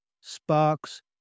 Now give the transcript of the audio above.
sparks